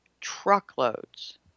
truckloads